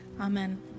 Amen